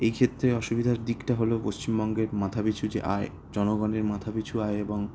এই ক্ষেত্রে অসুবিধার দিকটা হলো পশ্চিমবঙ্গের মাথাপিছু যে আয় জনগণের মাথাপিছু আয় এবং